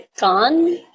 gone